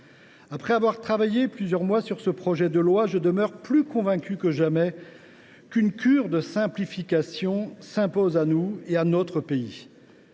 Après avoir travaillé plusieurs mois sur ce projet de loi, je suis plus convaincu que jamais qu’une cure de simplification s’impose à nous et à notre pays.